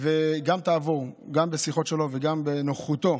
וגם תעבור, גם בשיחות שלו וגם בנוכחותו.